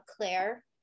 Claire